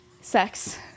Sex